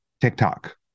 TikTok